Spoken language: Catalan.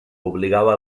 obligava